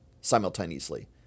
simultaneously